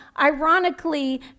ironically